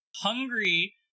Hungry